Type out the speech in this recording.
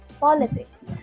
politics